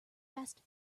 fast